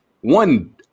one